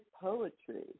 poetry